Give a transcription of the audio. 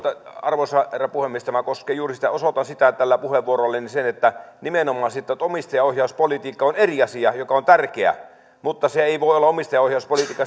arvoisa herra puhemies tämä koskee juuri sitä osoitan tällä puheenvuorollani sen että nimenomaan omistajaohjauspolitiikka on eri asia joka on tärkeä mutta omistajaohjauspolitiikka ei voi olla